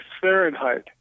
Fahrenheit